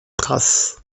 traces